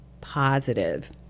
positive